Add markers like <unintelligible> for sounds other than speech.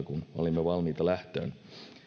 <unintelligible> kun olimme valmiita lähtöön